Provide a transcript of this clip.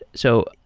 so,